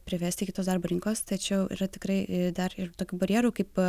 privesti iki tos darbo rinkos tačiau yra tikrai dar ir tokių barjerų kaip